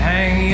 Hang